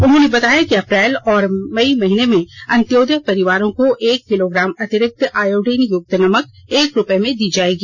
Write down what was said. उन्होंने बताया कि अप्रैल और मई महीने में अंत्योदय परिवारों को एक किलोग्राम अतिरिक्त आयोडीनयुक्त नमक एक रूपये में दी जाएगी